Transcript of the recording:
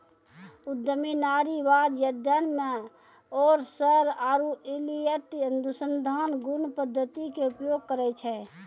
उद्यमी नारीवाद अध्ययन मे ओरसर आरु इलियट अनुसंधान गुण पद्धति के उपयोग करै छै